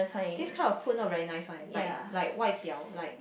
these kind of food not very nice one like like 外表 like